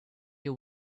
your